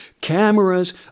cameras